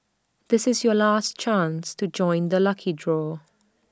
this is your last chance to join the lucky draw